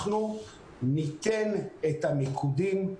אנחנו ניתן את המיקודים.